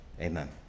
Amen